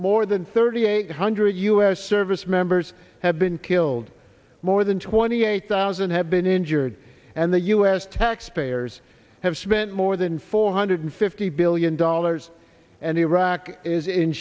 more than thirty eight hundred u s service members have been killed more than twenty eight thousand have been injured and the u s taxpayers have spent more than four hundred fifty billion dollars and iraq is in